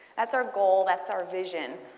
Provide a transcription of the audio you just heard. that's our goal, that's our vision.